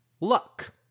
luck